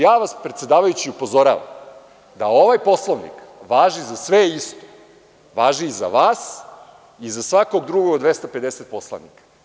Ja vas, predsedavajući, upozoravam da ovaj Poslovnik važi za sve isto, važi i za vas i za svakog poslanika.